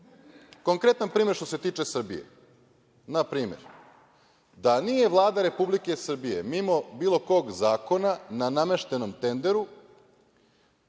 lošije. Konkretan primer, što se tiče Srbije, na primer, da nije Vlada Republike Srbije mimo bilo kog zakona na nameštenom tenderu